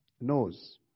knows